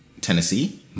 Tennessee